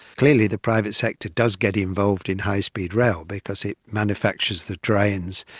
clearly the private sector does get involved in high speed rail because it manufactures the trains,